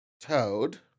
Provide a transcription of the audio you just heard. Toad